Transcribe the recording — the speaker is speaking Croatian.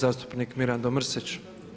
Zastupnik Mirando Mrsić.